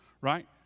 right